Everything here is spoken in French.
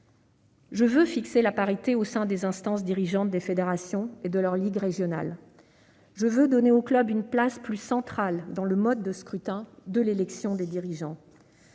Je veux donc assurer la parité au sein des instances dirigeantes des fédérations et de leurs ligues régionales. Je veux donner aux clubs une place plus centrale dans le mode de scrutin de l'élection des dirigeants.